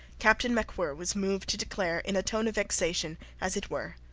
captain macwhirr was moved to declare, in a tone of vexation, as it were